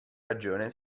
ragione